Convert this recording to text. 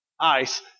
ice